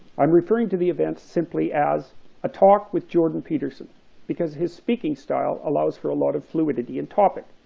i'm referring to the event simply as a talk with jordan peterson because his speaking style allows for a lot of fluidity in topic.